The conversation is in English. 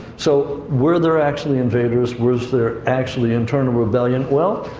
so, were there actually invaders, was there actually internal rebellion? well,